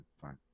fine